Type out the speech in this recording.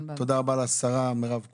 תודה רבה לשרה מירב כהן,